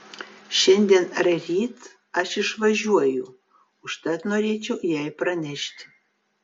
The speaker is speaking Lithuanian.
šiandien ar ryt aš išvažiuoju užtat norėčiau jai pranešti